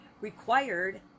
required